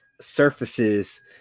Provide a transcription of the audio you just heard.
surfaces